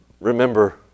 remember